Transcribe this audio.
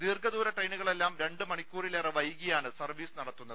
ദീർഘദൂര ട്രയിനുകളെല്ലാം രണ്ട് മണിക്കൂറിലേറെ വൈകിയാണ് സർവീസ് നടത്തുന്നത്